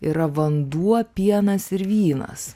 yra vanduo pienas ir vynas